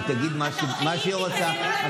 היא תגיד מה שהיא רוצה.